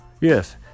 Yes